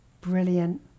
Brilliant